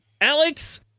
Alex